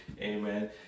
Amen